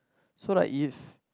so like if